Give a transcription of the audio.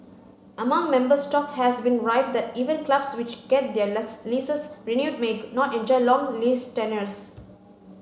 among members talk has been rife that even clubs which get their leases renewed may not enjoy long lease tenures